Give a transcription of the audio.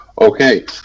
Okay